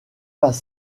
pas